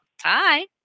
Hi